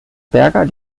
berger